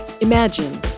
Imagine